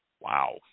Wow